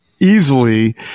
easily